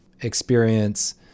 experience